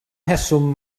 rheswm